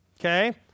Okay